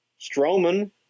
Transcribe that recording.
Strowman